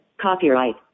copyright